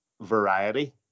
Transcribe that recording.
variety